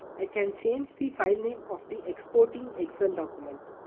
i can change the file name of the exporting excel document.